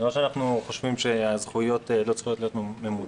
זה לא שאנחנו חושבים שהזכויות לא צריכות להיות ממוצות.